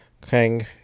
Kang